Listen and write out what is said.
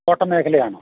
തോട്ടം മേഖലയാണോ